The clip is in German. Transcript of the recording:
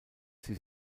sie